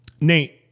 Nate